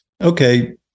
Okay